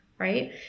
right